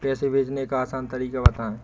पैसे भेजने का आसान तरीका बताए?